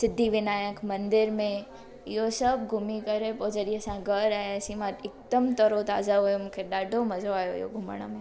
सिद्धी विनायक मंदर में इहो सभु घुमी करे पोइ जॾहिं असां घर आयासीं मां हिकदमि तरोताज़ा हुयमि मूंखे ॾाढो मज़ो आयो हुयो घुमण में